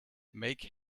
make